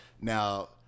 Now